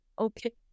Okay